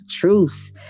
truth